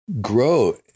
grow